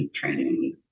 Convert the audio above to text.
training